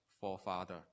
forefather